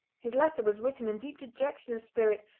his letter was written in deep dejection of spirit,